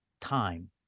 time